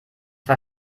war